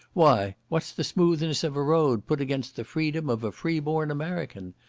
why, what's the smoothness of a road, put against the freedom of a free-born american?